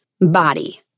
body